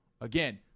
Again